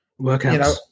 Workouts